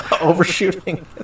overshooting